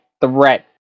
threat